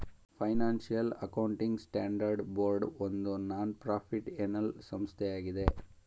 financial accounting standard board ಒಂದು non ಪ್ರಾಫಿಟ್ಏನಲ್ ಸಂಸ್ಥೆಯಾಗಿದೆ